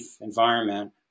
environment